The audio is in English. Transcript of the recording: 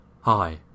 Hi